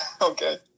Okay